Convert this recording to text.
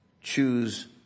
Choose